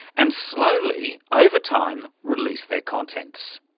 and slowly, over time, release their contents.